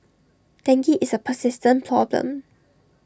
dengue is A persistent problem